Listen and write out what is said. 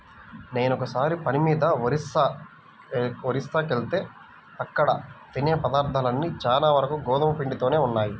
నేనొకసారి పని మీద ఒరిస్సాకెళ్తే అక్కడ తినే పదార్థాలన్నీ చానా వరకు గోధుమ పిండితోనే ఉన్నయ్